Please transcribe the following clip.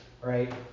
right